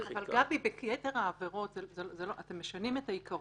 גבי, ביתר העבירות אתם משנים את העיקרון.